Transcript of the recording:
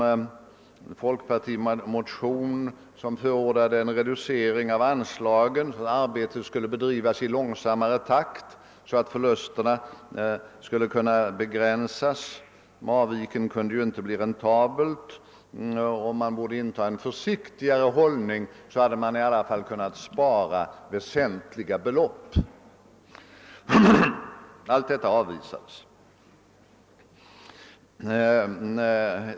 I en folkpartimotion förordades en reducering av anslagen och att arbetet skulle bedrivas i långsammare takt, varigenom förlusterna skulle begränsas; Marviken kunde inte bli räntabel, men genom en försiktigare hållning skulle i alla fall väsentliga belopp kunna sparas. Alla dessa förslag avvisades.